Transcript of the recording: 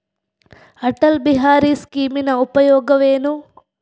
ಅಟಲ್ ಬಿಹಾರಿ ಸ್ಕೀಮಿನ ಉಪಯೋಗವೇನು?